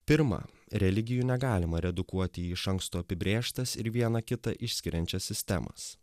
pirma religijų negalima redukuoti į iš anksto apibrėžtas ir viena kitą išskiriančias sistemas